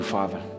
Father